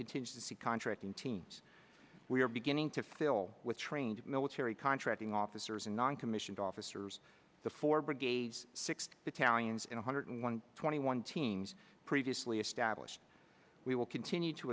contingency contracting teams we are beginning to fill with trained military contracting officers and noncommissioned officers the four brigades six italians in a hundred and one twenty one teens previously established we will continue to